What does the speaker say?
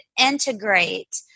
integrate